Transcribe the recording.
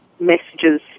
messages